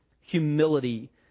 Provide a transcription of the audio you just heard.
humility